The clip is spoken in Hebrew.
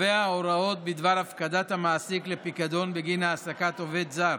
קובע הוראות בדבר הפקדת המעסיק לפיקדון בגין העסקת עובד זר,